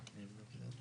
רשויות